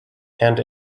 hand